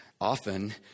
often